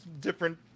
different